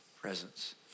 presence